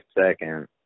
second